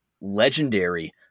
legendary